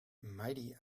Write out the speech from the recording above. mighty